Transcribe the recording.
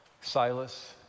Silas